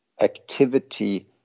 activity